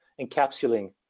encapsulating